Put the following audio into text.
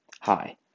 Hi